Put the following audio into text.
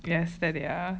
yes there they are